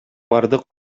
бардык